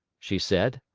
she said.